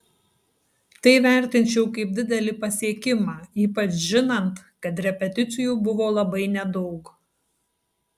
tai vertinčiau kaip didelį pasiekimą ypač žinant kad repeticijų buvo labai nedaug